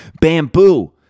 Bamboo